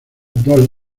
dos